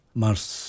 mars